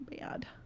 bad